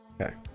okay